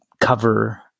cover